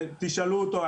תשאלו אותו.